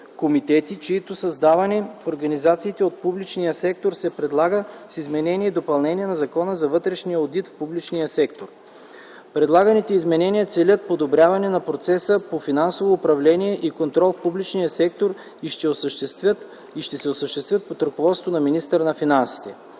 комитети, чието създаване в организациите от публичния сектор се предлага с изменението и допълнението на Закона за вътрешния одит в публичния сектор. Предлаганите изменения целят подобряване на процеса по финансово управление и контрол в публичния сектор и ще се осъществят под ръководството на министъра на финансите.